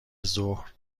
ظهر